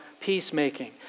peacemaking